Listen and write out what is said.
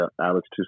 Alex